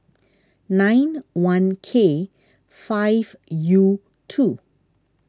nine one K five U two